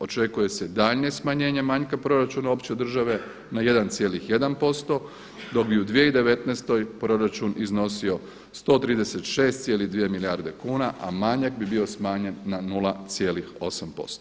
Očekuje se daljnje smanjenje manjka proračuna opće države na 1,1% da bi u 2019. proračun iznosio 136,2 milijarde kuna, a manjak bi bio smanjen na 0,8%